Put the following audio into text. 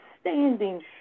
standing